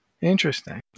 Interesting